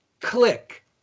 click